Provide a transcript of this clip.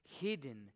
hidden